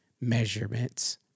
measurements